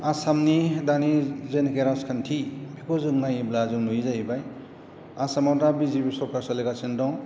आसामनि दानि जेनेखि राजखान्थि बेखौ जों नायोब्ला जों नुयो जाहैबाय आसामाव दा बि जे पि सरकार सोलिगासिनो दं